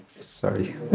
sorry